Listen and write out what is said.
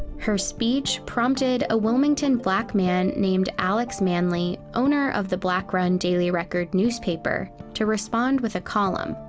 her speech prompted a wilmington black man named alex manly, owner of the black-run, daily record newspaper, to respond with a column.